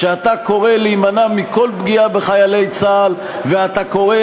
שאתה קורא להימנע מכל פגיעה בחיילי צה"ל ואתה קורא